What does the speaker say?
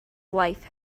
life